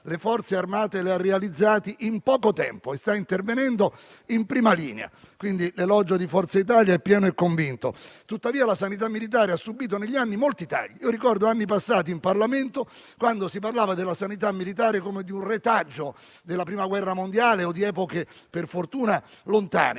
Le Forze armate stanno intervenendo in prima linea e, quindi, l'elogio di Forza Italia è pieno e convinto. Tuttavia, la sanità militare ha subito negli anni molti tagli. Ricordo quando, negli anni passati, in Parlamento si parlava della sanità militare come di un retaggio della Prima guerra mondiale o di epoche per fortuna lontane.